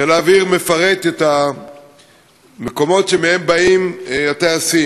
חיל האוויר מפרט את המקומות שמהם באים הטייסים.